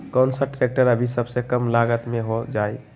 कौन सा ट्रैक्टर अभी सबसे कम लागत में हो जाइ?